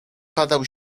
padał